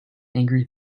angry